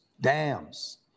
dams